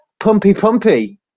pumpy-pumpy